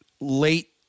late